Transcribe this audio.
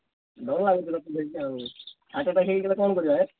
ଡର ଲାଗୁଛି ଆଉ ହାର୍ଟ ଆଟାକ୍ ହେଇଗଲେ କ'ଣ କରିବା